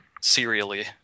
serially